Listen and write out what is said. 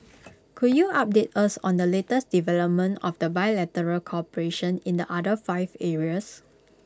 can you update us on the latest development of the bilateral cooperation in the other five areas